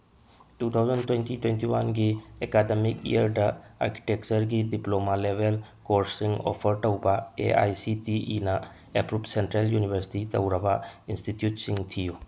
two thousand twenty twenty ꯋꯥꯟꯒꯤ academic ꯏꯌꯔꯗ ꯑꯥꯔꯀꯤꯇꯦꯛꯆꯔꯒꯤ ꯗꯤꯄ꯭ꯂꯣꯃꯥ ꯂꯦꯕꯦꯜ ꯀꯣꯔꯁꯁꯤꯡ ꯑꯣꯐꯔ ꯇꯧꯕ ꯑꯦ ꯑꯥꯏ ꯁꯤ ꯇꯤ ꯏꯅ ꯑꯦꯄ꯭ꯔꯨꯞ ꯁꯦꯟꯇ꯭ꯔꯦꯜ ꯌꯨꯅꯤꯚꯔꯁꯤꯇꯤ ꯇꯧꯔꯕ ꯏꯟꯁꯇꯤꯇ꯭ꯌꯨꯠꯁꯤꯡ ꯊꯤꯌꯨ